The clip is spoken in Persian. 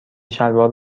شلوار